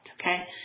okay